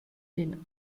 den